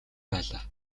байлаа